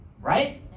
right